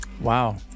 Wow